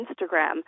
Instagram